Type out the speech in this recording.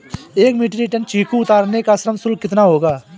एक metric tonne चीकू उतारने का श्रम शुल्क कितना होगा?